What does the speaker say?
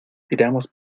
tiramos